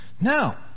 Now